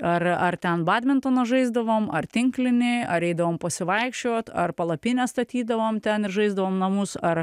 ar ar ten badmintoną žaisdavom ar tinklinį ar eidavom pasivaikščiot ar palapinę statydavom ten ir žaisdavom namus ar